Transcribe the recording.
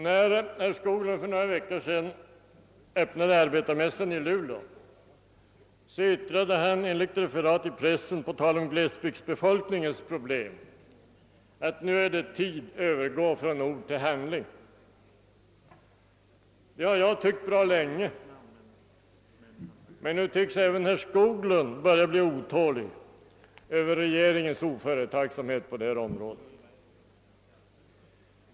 När herr Skoglund för några veckor sedan Ööppnade arbetarmässan i Luleå yttrade han enligt referat i pressen på tal om glesbygdsbefolkningens problem, att det är tid att övergå från ord till handling. Ja, den uppfattningen har jag haft ganska länge, men nu tycks även herr Skoglund bli otålig över regeringens oföretagsamhet på området.